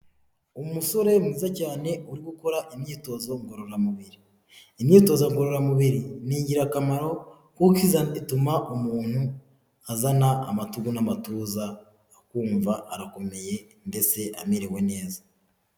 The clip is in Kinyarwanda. Umusore mwiza cyane uririmo ukora imyitozo ngororamubiri. Imyitozo ngororamubiri ni ingirakamaro kuko ituma umuntu azana amatugu n'amatuza akumva arakomeye ndetse amerewe neza.